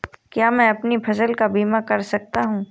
क्या मैं अपनी फसल का बीमा कर सकता हूँ?